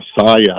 Messiah